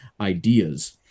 ideas